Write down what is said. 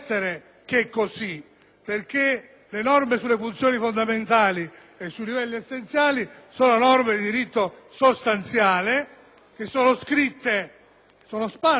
perché le norme sulle funzioni fondamentali e sui livelli essenziali sono norme di diritto sostanziale, sono sparse nel nostro ordinamento